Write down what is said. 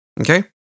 Okay